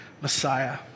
Messiah